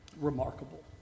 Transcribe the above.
remarkable